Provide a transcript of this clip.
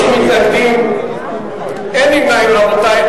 30 מתנגדים, אין נמנעים, רבותי.